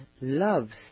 loves